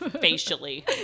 facially